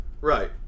Right